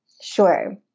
Sure